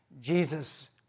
Jesus